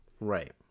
Right